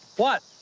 what?